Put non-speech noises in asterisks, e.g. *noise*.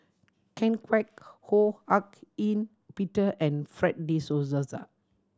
Ken Kwek Ho Hak Ean Peter and Fred De Souza *unintelligible*